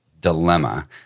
dilemma